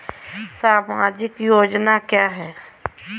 सामाजिक योजना क्या है?